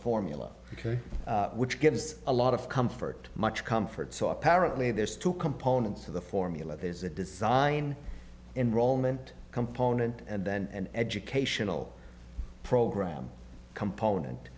formula which gives a lot of comfort much comfort so apparently there's two components of the formula there's a design enroll meant component and then an educational program component